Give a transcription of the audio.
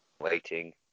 waiting